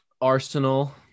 Arsenal